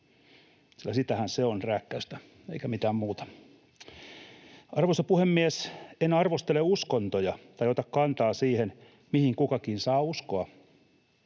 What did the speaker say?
Sitähän se on, rääkkäystä eikä mitään muuta. Arvoisa puhemies! En arvostele uskontoja tai ota kantaa siihen, mihin kukakin saa uskoa.